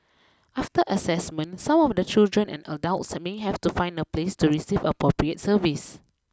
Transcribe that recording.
after assessment some of the children and adults may have to find a place to receive the appropriate service